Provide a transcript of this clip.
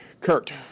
Kurt